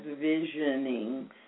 visioning